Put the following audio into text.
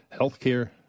Healthcare